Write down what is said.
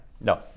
No